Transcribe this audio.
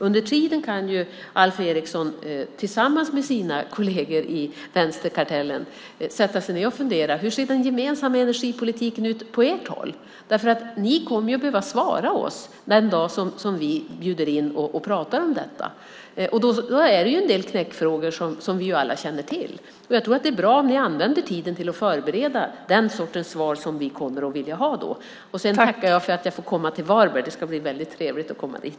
Under tiden kan Alf Eriksson, tillsammans med sina kolleger i vänsterkartellen, sätta sig ned och fundera hur den gemensamma energipolitiken ser ut på ert håll. Ni kommer att behöva svara oss den dag som vi bjuder in att tala om detta. Då finns det en del knäckfrågor, som vi alla känner till. Jag tror att det är bra om ni använder tiden till att förbereda den sortens svar som vi kommer att vilja ha. Jag tackar för att jag ska få komma till Varberg. Det ska bli väldigt trevligt att komma dit.